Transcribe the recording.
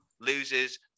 loses